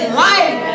life